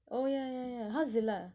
oh yeah yeah yeah how's zilla